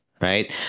right